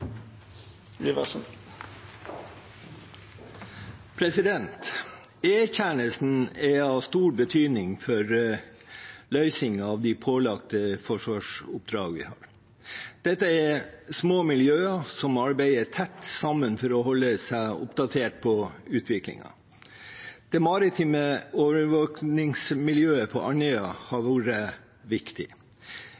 er av stor betydning for løsningen av de pålagte forsvarsoppdragene. Dette er små miljøer som arbeider tett sammen for å holde seg oppdatert på utviklingen. Det maritime overvåkningsmiljøet på Andøya har